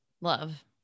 Love